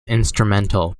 instrumental